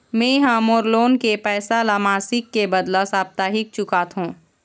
में ह मोर लोन के पैसा ला मासिक के बदला साप्ताहिक चुकाथों